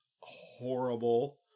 horrible